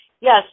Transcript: Yes